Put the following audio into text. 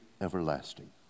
everlasting